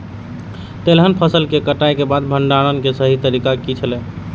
तेलहन फसल के कटाई के बाद भंडारण के सही तरीका की छल?